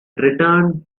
return